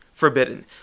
forbidden